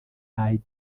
aid